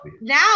now